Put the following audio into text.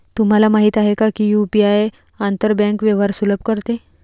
तुम्हाला माहित आहे का की यु.पी.आई आंतर बँक व्यवहार सुलभ करते?